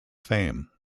fame